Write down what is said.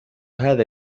هذا